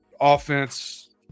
offense